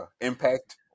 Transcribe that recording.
impact